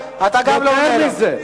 גם אתה לא עונה לו.